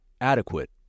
adequate